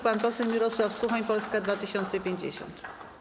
Pan poseł Mirosław Suchoń, Polska 2050.